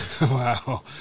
Wow